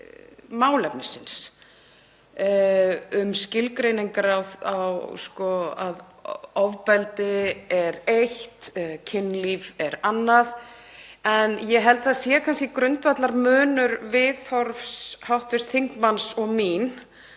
málefnisins, um skilgreiningar á að ofbeldi er eitt og kynlíf er annað. En ég held að það sé kannski grundvallarmunur á viðhorfi hv. þingmanns og mínu